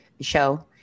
show